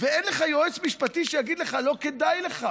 ואין לך יועץ משפטי שיגיד לך: לא כדאי לך